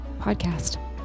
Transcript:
podcast